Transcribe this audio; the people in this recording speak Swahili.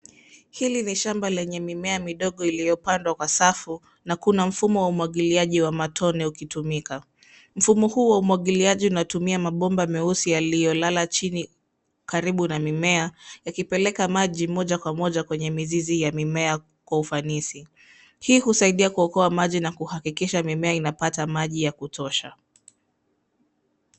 Hili ni shamba lenye mimea midogo iliyopandwa kwa safu na kuna mfumo wa umwagiliaji wa matone ukitumika. Mfumo huu wa umwagiliaji unatumia mabomba meusi yaliyolala chini karibu na mimea, yakipeleka maji moja kwa moja kwenye mizizi ya mimea kwa ufanisi. Hii husaidia kuokoa maji na kuhakikisha mimea inapata maji ya kutosha.